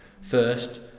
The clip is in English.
First